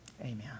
Amen